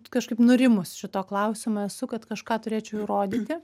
kažkaip norimus šituo klausimu esu kad kažką turėčiau įrodyti